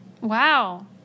Wow